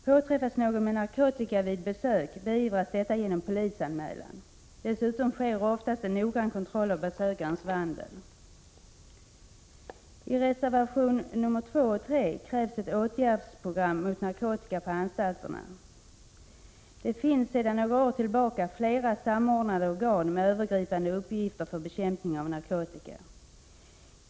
Påträffas någon med narkotika vid besök beivras detta genom polisanmälan. Dessutom sker oftast en noggrann kontroll av besökarens vandel. I reservation nr 2 och 3 krävs ett åtgärdsprogram mot narkotika på anstalterna. Det finns sedan några år tillbaka flera samordnade organ med övergripande uppgifter för bekämpning av narkotika.